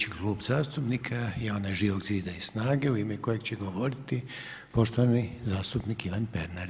Sljedeći Klub zastupnika je onaj Živog zida i SNAGA-e u ime kojeg će govoriti poštovani zastupnik Ivan Pernar.